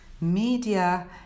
media